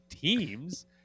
teams